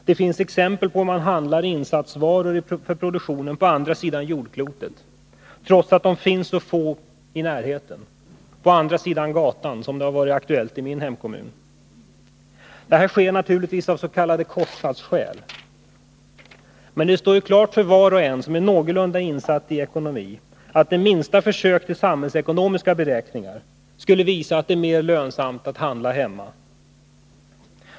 Det finns exempel på hur man handlar insatsvaror för produktionen på andra sidan jordklotet, trots att de finns att få i närheten — på andra sidan gatan, som har varit fallet i min hemkommun. Det sker naturligtvis avs.k. kostnadsskäl. Men det står ju klart för var och en som är någorlunda insatt i ekonomi att minsta försök till samhällsekonomiska beräkningar skulle visa att det är mer lönsamt att handla hemma.